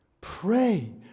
Pray